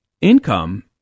income